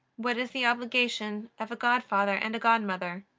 what is the obligation of a godfather and a godmother?